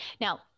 now